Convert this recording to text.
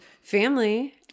family